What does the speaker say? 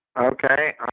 Okay